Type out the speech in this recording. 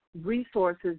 resources